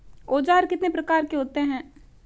औज़ार कितने प्रकार के होते हैं?